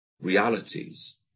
realities